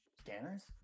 Scanners